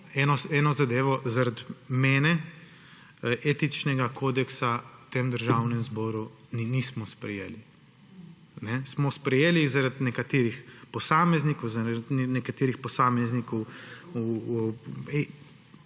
eno zadevo. Zaradi mene etičnega kodeksa v tem državnem zboru mi nismo sprejeli. Smo sprejeli zaradi nekaterih posameznikov, zaradi nekaterih posameznikov iste